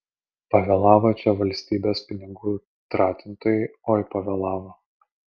pavėlavo čia valstybės pinigų tratintojai oi pavėlavo